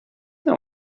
them